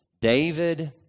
David